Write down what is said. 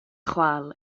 chwâl